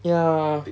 ya